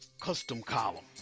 custom column.